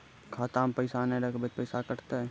खाता मे पैसा ने रखब ते पैसों कटते?